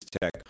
Tech